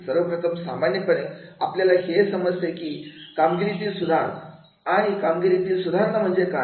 सर्वप्रथम सर्वसामान्यपणे आपल्याला हे समजते की कामगिरीतील सुधार आणि कामगिरीतील सुधारणा म्हणजे काय